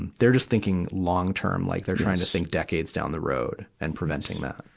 and they're just thinking long-term, like they're trying to think decades down the road and preventing that.